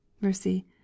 mercy